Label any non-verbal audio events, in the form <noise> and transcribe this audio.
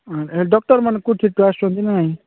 ହଁ ଡକ୍ଟରମାନେ <unintelligible> ଆସୁଛନ୍ତି ନା ନାହିଁ